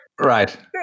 Right